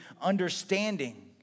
understanding